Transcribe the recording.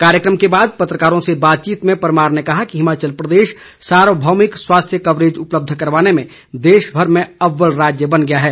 कार्यक्रम के बाद पत्रकारों से बातचीत में परमार ने कहा कि हिमाचल प्रदेश सार्वभौमिक स्वास्थ्य कवरेज उपलब्ध करवाने में देशभर में अव्वल राज्य बन गया है